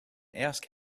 ask